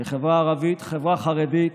החברה הערבית, החברה החרדית,